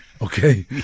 Okay